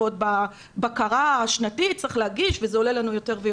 ועוד בבקרה השנתית צריך להגיש וזה עולה לנו יותר יותר.